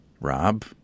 Rob